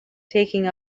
taking